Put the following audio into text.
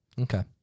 Okay